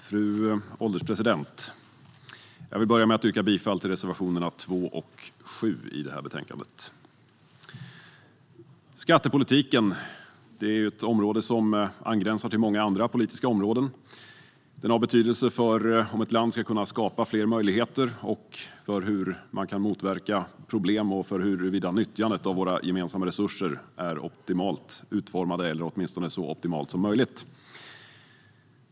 Fru ålderspresident! Jag vill börja med att yrka bifall till reservationerna 2 och 7 i betänkandet. Skattepolitiken är ett område som gränsar till många andra politiska områden. Den har betydelse för ett lands förmåga att skapa fler möjligheter och motverka problem, och den har betydelse för huruvida nyttjandet av våra gemensamma resurser är optimalt utformat - eller åtminstone så optimalt som möjligt.